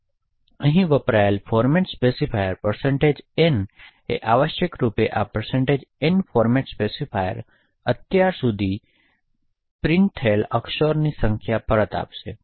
અહીં વપરાયેલ format specifier n એ આવશ્યકરૂપે આ n ફોર્મેટ સ્પેસિફાયર અત્યાર સુધી મુદ્રિત અક્ષરોની સંખ્યા પરત આપશે